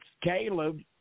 Caleb